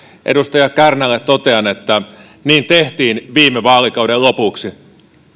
edustaja kärnälle totean että niin tehtiin viime vaalikauden lopuksi